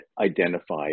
identify